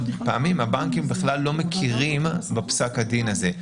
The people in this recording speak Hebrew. פעמים הבנקים בכלל לא מכירים בפסק הדין הזה.